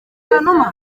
kanuma